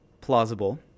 plausible